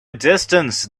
distance